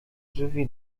drzwi